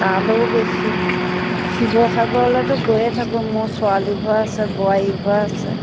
তালৈও গৈছোঁ শিৱসাগৰলৈতো গৈয়ে থাকোঁ মোৰ ছোৱালীৰ ঘৰ আছে বোৱাৰীৰ ঘৰ আছে